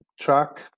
track